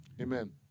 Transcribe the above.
Amen